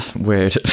weird